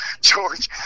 George